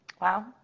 Wow